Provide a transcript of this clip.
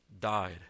died